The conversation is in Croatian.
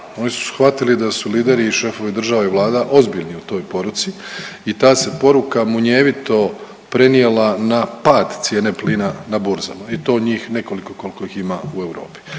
Oni su shvatili da su lideri i šefovi država i Vlada ozbiljni u toj poruci i ta se poruka munjevito prenijela na pad cijene plina na burzama i to njih nekoliko koliko ih ima u Europi.